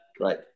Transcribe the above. Right